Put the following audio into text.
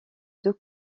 deux